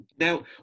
Now